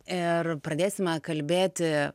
ir pradėsime kalbėti